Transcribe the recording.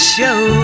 Show